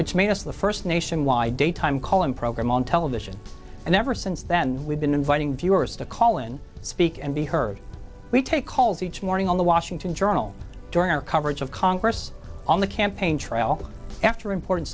which made us the first nationwide daytime call in program on television and ever since then we've been inviting viewers to call and speak and be heard we take calls each morning on the washington journal during our coverage of congress on the campaign trail after important